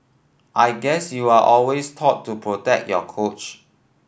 I guess you're always taught to protect your coach